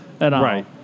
Right